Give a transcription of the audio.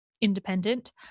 independent